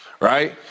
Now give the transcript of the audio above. Right